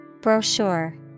Brochure